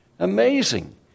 Amazing